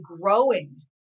growing